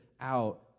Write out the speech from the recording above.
out